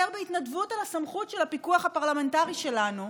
בהתנדבות על הסמכות של הפיקוח הפרלמנטרי שלנו,